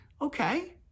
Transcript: okay